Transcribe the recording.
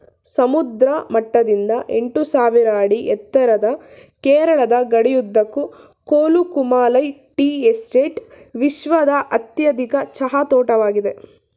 ಸಮುದ್ರ ಮಟ್ಟದಿಂದ ಎಂಟುಸಾವಿರ ಅಡಿ ಎತ್ತರದ ಕೇರಳದ ಗಡಿಯುದ್ದಕ್ಕೂ ಕೊಲುಕುಮಾಲೈ ಟೀ ಎಸ್ಟೇಟ್ ವಿಶ್ವದ ಅತ್ಯಧಿಕ ಚಹಾ ತೋಟವಾಗಿದೆ